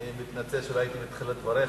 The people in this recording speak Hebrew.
אני מתנצל שלא הייתי בתחילת דבריך.